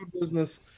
business